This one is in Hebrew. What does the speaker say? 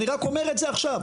אני רק אומר את זה עכשיו,